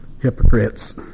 hypocrites